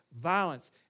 violence